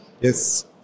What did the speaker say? Yes